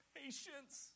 patience